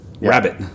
rabbit